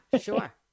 sure